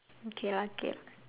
okay lah okay lah